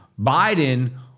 Biden